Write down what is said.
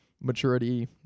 maturity